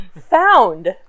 Found